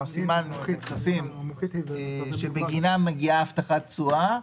סימנו את הכספים שבגינם מגיעה הבטחת תשואה,